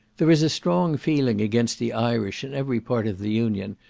there is a strong feeling against the irish in every part of the union,